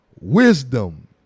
wisdom